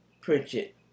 Pritchett